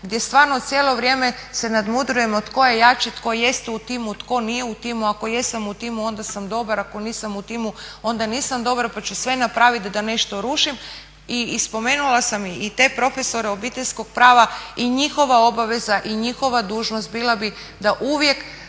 gdje stvarno cijelo vrijeme se nadmudrujemo tko je jači, tko jeste u timu, tko nije u timu, ako jesam u timu onda sam dobar, ako nisam u timu onda nisam dobar pa ću sve napravit da nešto rušim i spomenula sam i te profesore obiteljskog prava i njihova obaveza i njihova dužnost bila bi da uvijek